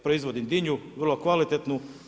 Proizvodim dinju vrlo kvalitetnu.